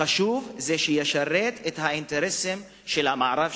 החשוב זה שישרת את האינטרסים של המערב,